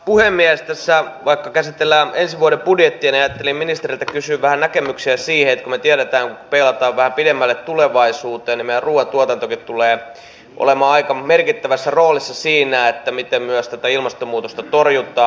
vaikka tässä käsitellään ensi vuoden budjettia ajattelin ministeriltä kysyä vähän näkemyksiä siihen että kun me tiedämme kun peilaamme vähän pidemmälle tulevaisuuteen niin meidän ruuantuotantokin tulee olemaan aika merkittävässä roolissa siinä miten myös tätä ilmastonmuutosta torjutaan